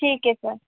ठीक है सर